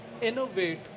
innovate